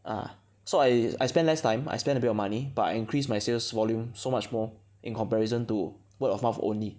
ah so I spend less time I spend a bit of money but I increase my sales volume so much more in comparison to word of mouth only